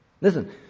Listen